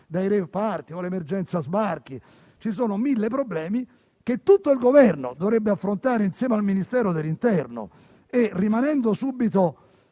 dai *rave party* all'emergenza sbarchi: ci sono mille problemi che tutto il Governo dovrebbe affrontare insieme al Ministero dell'interno. Rimanendo sul